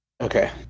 Okay